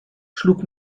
schlug